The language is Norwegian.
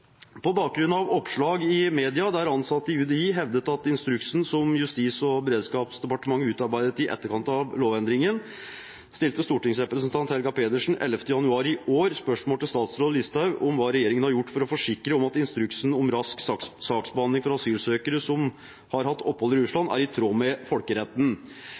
På bakgrunn av oppslag i media der ansatte i UDI er bekymret med tanke på instruksen som Justis- og beredskapsdepartementet utarbeidet i etterkant av lovendringen, stilte stortingsrepresentant Helga Pedersen 11. januar i år spørsmål til statsråd Listhaug om hva regjeringen har gjort for å forsikre om at instruksen om rask saksbehandling for asylsøkere som har hatt opphold i Russland, er i tråd med folkeretten.